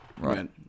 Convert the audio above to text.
Right